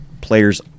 players